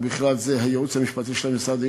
ובכלל זה הייעוץ המשפטי של המשרד,